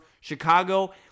Chicago